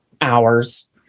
hours